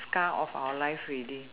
scar of our life ready